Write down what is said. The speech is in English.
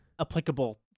applicable